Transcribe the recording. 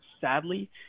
sadly